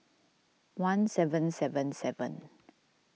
one seven seven seven